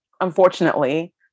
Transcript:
unfortunately